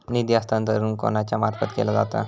निधी हस्तांतरण कोणाच्या मार्फत केला जाता?